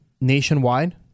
nationwide